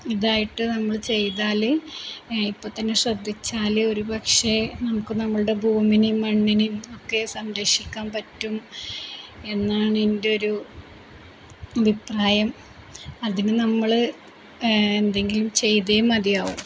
ഇതായിട്ട് നമ്മള് ചെയ്താല് ഇപ്പോള്ത്തന്നെ ശ്രദ്ധിച്ചാല് ഒരുപക്ഷേ നമുക്കു നമ്മളുടെ ഭൂമീനെയും മണ്ണിനെയും ഒക്കെ സംരക്ഷിക്കാൻ പറ്റും എന്നാണ് എൻ്റെ ഒരു അഭിപ്രായം അതിനു നമ്മള് എന്തെങ്കിലും ചെയ്തേ മതിയാവൂ